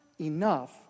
enough